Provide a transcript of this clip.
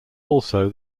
also